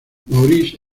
maurice